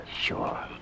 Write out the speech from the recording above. Sure